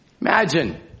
Imagine